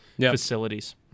facilities